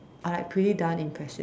are like pretty darn impressive